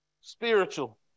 Spiritual